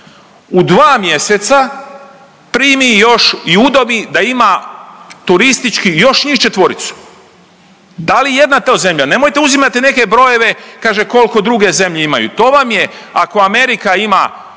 u dva mjeseca primi još i udomi da ima turistički još njih 4-icu, da li ijedna to zemlja, nemojte uzimati neke brojeve kaže kolko druge zemlje imaju, to vam je ako Amerika ima